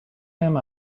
them